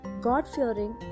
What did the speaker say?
God-fearing